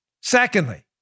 Secondly